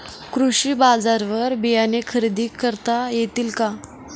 कृषी बाजारवर बियाणे खरेदी करता येतील का?